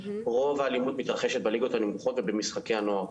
רוב האלימות מתרחשת בליגות הנמוכות ובמשחקי הנוער.